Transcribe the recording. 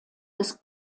des